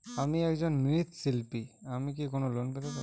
আমি একজন মৃৎ শিল্পী আমি কি কোন লোন পেতে পারি?